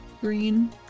Green